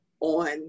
on